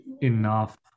enough